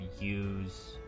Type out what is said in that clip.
use